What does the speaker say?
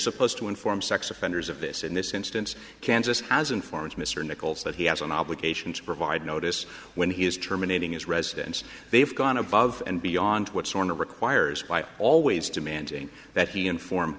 supposed to inform sex offenders of this in this instance kansas has informed mr nichols that he has an obligation to provide notice when he is terminating his residence they've gone above and beyond what's on the requires by always demanding that he inform